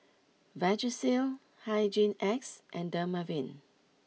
Vagisil Hygin X and Dermaveen